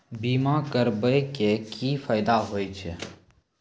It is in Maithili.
बीमा करबै के की फायदा होय छै?